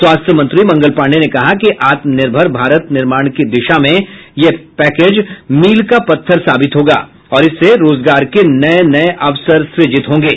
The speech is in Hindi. स्वास्थ्य मंत्री मंगल पांडेय ने कहा कि आत्मनिर्भर भारत निर्माण की दिशा में यह पैकेज मील का पत्थर साबित होगा और इससे रोजगार के नये नये अवसर सुजित होंगे